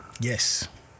Yes